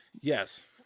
yes